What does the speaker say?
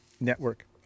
network